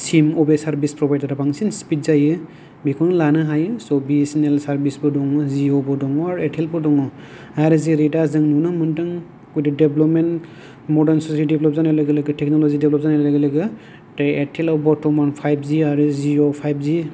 सिम बबे service provider आ बांसिन स्पिड जायो बेखौनो लानो हायो स' बिएसएनएल सार्भिस बो दङ जिअ बो दङ आरो एयारटेल बो दङ आरो जेरै दा जों नुनो मोनदों with the development modern system developed जानाय लोगो लोगो टेक्न'लजि डेभेलप्ट जानाय लोगो लोगो दा एयारटेल आव बरतमान फाइभजि आरो जिअ आव फाइभजि